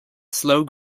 slow